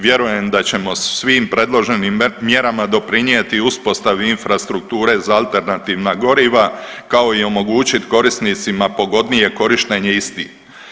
Vjerujem da ćemo svim predloženim mjerama doprinijeti i uspostavi infrastrukture za alternativna goriva, kao i omogućiti korisnicima pogodnije korištenje istih.